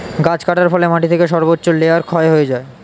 গাছ কাটার ফলে মাটি থেকে সর্বোচ্চ লেয়ার ক্ষয় হয়ে যায়